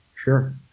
Sure